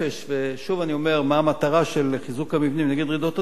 ושוב אני אומר מה המטרה של חיזוק המבנים נגד רעידות אדמה,